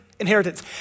inheritance